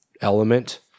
element